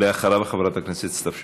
אחריו, חברת הכנסת סתיו שפיר.